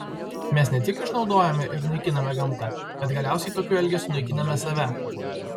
mes ne tik išnaudojame ir naikiname gamtą bet galiausiai tokiu elgesiu naikiname save